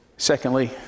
Secondly